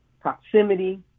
proximity